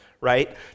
right